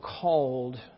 called